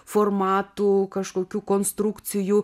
formatų kažkokių konstrukcijų